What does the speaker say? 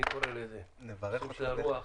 אני קורא לזה נושאים של הרוח,